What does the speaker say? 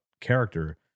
character